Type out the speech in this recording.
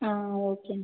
ah okay ma'am